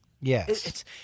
Yes